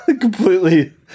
completely